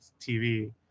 tv